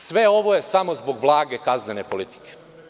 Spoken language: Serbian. Sve ovo je samo zbog blage kaznene politike.